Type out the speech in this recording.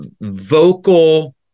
vocal